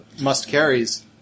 must-carries